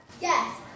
Yes